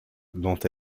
dont